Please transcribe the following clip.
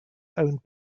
owned